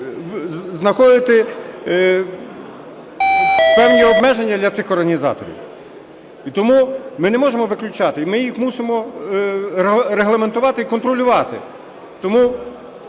знаходити певні обмеження для цих організаторів. І тому ми не можемо виключати, ми їх мусимо регламентувати і контролювати. Тому…